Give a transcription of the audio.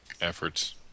efforts